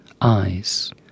eyes